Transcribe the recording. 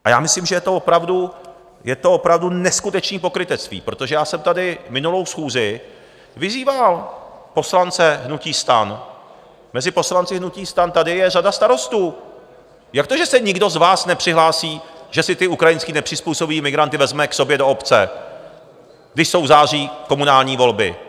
A já myslím, že je to opravdu neskutečné pokrytectví, protože já jsem tady minulou schůzi vyzýval poslance hnutí STAN mezi poslanci hnutí STAN tady je řada starostů, jak to, že se nikdo z vás nepřihlásí, že si ty ukrajinské nepřizpůsobivé migranty vezme k sobě do obce, když jsou v září komunální volby?